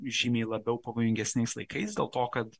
žymiai labiau pavojingesniais laikais dėl to kad